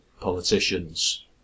politicians